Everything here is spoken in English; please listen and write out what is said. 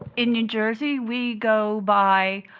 in new jersey we go by